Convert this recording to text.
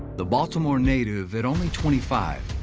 the baltimore native, at only twenty five,